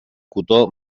cotó